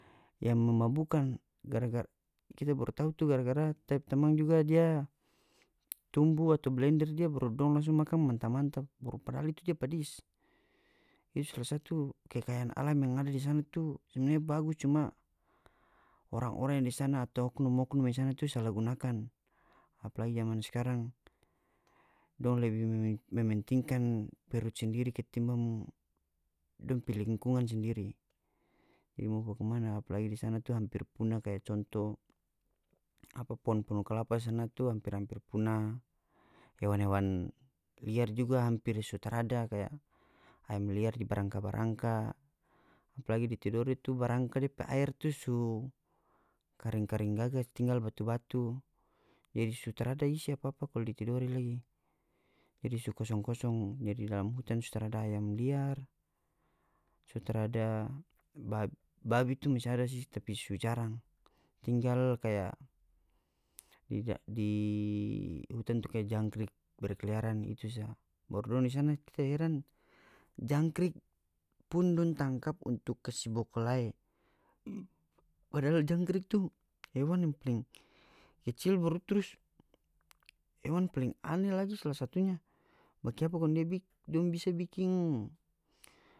Yang memabukan gara-gara kita baru tau tu gara-gara ta pe tamang juga dia tumbu atau blender dia baru dong langsung makan manta-manta baru padahal itu dia padis itu sala satu kekayaan alam yang ada di sana tu sebenarnya bagus cuma orang-orang yang di sana atau oknum-oknum yang di sana tu sala gunakan apalagi zaman skarang dong lebi mementingkan perut sendiri ketimbang dong pe lingkungan sendiri ya mau bagimana apalagi di sana tu hampir punah kaya contoh apa pohon-pohon kalapa sana tu hampir-hampir punah hewan-hewan liar juga hampir dia so tarada kaya ayam liar di barangka-barangka apalagi di tidore tu barangka depe aer tu su karing-karing gaga tinggal batu-batu jadi su tarada isi apa-apa kalu di tidore lagi jadi so kosong-kosong jadi dalam hutan juga su tarada ayam liar su tarada babi tu masih ada si tapi su jarang tinggal kaya di di hutan tu kaya jangkrik berkeliaran itu saja baru dong di sana tu ta heran jangkrik pun dong tangkap untuk kasi bakuale padahal jangkrik tu hewan yang paling kecil baru dia trus hewan paling aneh lagi sala satunya bakiapa kong dia dong bisa bikin.